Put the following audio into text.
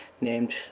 named